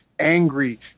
angry